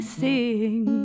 sing